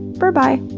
berbye.